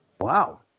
Wow